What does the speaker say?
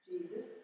Jesus